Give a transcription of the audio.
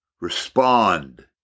respond